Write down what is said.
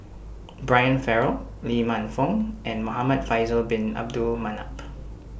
Brian Farrell Lee Man Fong and Muhamad Faisal Bin Abdul Manap